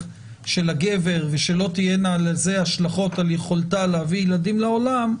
של הגבר ושלא תהיינה לזה השלכות על יכולתה להביא ילדים לעולם,